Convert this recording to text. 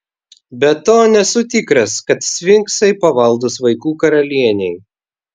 be to nesu tikras kad sfinksai pavaldūs vaikų karalienei